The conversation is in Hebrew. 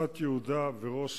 מח"ט יהודה וראש